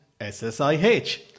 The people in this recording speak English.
SSIH